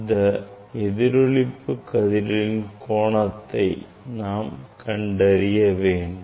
இந்த எதிரொளிப்பு கதிர்களின் கோணத்தை நாம் கண்டறிய வேண்டும்